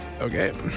Okay